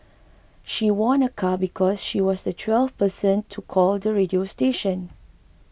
she won a car because she was the twelfth person to call the radio station